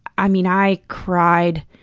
i mean, i cried.